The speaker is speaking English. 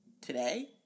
Today